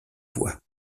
voies